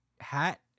hat